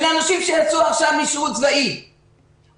אלה אנשים שיצאו עכשיו משירות צבאי או